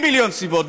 מיליון סיבות,